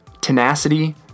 tenacity